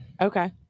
Okay